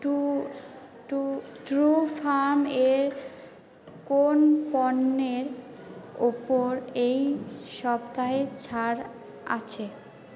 two টু ট্রুফাম এর কোন পণ্যের ওপর এই সপ্তাহে ছাড় আছে